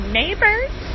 neighbors